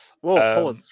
Whoa